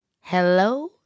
Hello